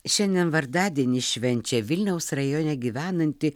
šiandien vardadienį švenčia vilniaus rajone gyvenanti